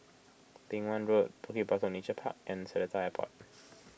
Beng Wan Road Bukit Batok Nature Park and Seletar Airport